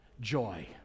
Joy